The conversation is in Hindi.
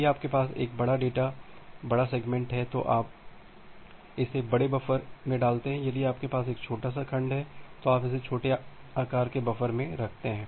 यदि आपके पास एक बड़ा डेटा बड़ा सेगमेंट है तो आप इसे बड़े बफर में डालते हैं यदि आपके पास एक छोटा सा खंड है तो आप इसे एक छोटे बफर में रखते हैं